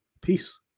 Peace